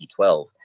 2012